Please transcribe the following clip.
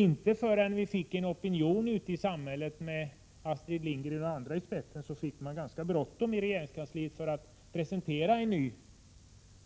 Inte förrän det väcktes en opinion ute i samhället med Astrid Lindgren och andra i spetsen fick man i regeringskansliet ganska bråttom med att presentera en ny